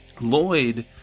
Lloyd